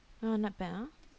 oh not bad ah